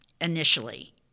Initially